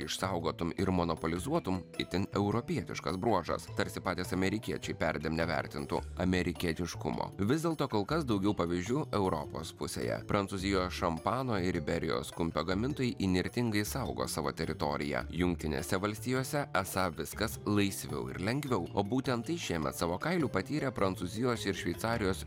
išsaugotum ir monopolizuotum itin europietiškas bruožas tarsi patys amerikiečiai perdėm nevertintų amerikietiškumo vis dėlto kol kas daugiau pavyzdžių europos pusėje prancūzijos šampano ir berijos kumpio gamintojai įnirtingai saugo savo teritoriją jungtinėse valstijose esą viskas laisviau ir lengviau o būtent tai šiemet savo kailiu patyrė prancūzijos ir šveicarijos